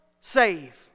save